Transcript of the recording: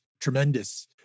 tremendous